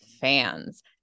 fans